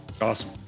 Awesome